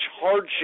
hardship